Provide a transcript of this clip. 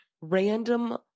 random